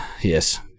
Yes